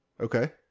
Okay